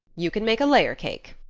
you can make a layer cake,